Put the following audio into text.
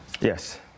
Yes